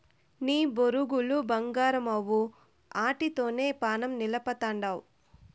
నీ బొరుగులు బంగారమవ్వు, ఆటితోనే పానం నిలపతండావ్